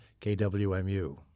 kwmu